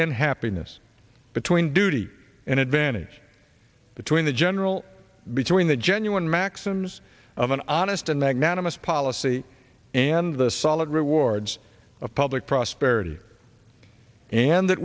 and happiness between duty and advantage between the general between the genuine maxims of an honest and magnanimous policy and the solid rewards of public prosperity and that